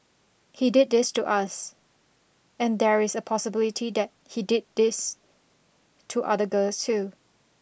he did this to us and there is a possibility that he did it this to other girls too